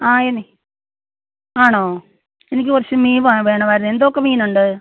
ആ എനിക്ക് ആണോ എനിക്ക് കുറച്ച് മീൻ വേണമായിരുന്നു എന്തൊക്കെ മീനുണ്ട്